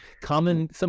common